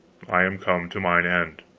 i am come to mine end.